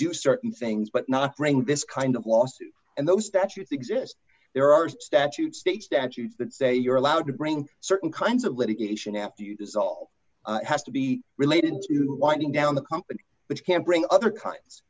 do certain things but not bring this kind of lawsuit and those statutes exist there are statutes state statutes that say you're allowed to bring certain kinds of litigation after this all has to be related to winding down the company but you can bring other kinds